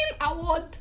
award